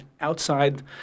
outside